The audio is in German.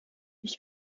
ich